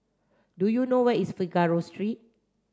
do you know where is Figaro Street